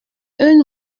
une